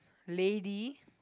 lady